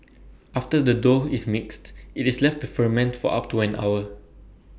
after the dough is mixed IT is left to ferment for up to an hour